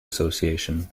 association